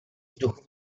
vzduchu